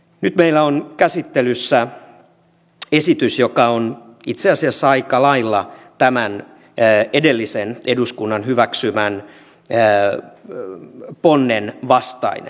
nyt meillä on käsittelyssä esitys joka on itse asiassa aika lailla tämän edellisen eduskunnan hyväksymän ponnen vastainen